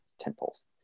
temples